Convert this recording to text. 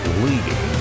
leading